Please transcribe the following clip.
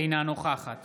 אינה נוכחת